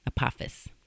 Apophis